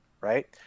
Right